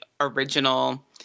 original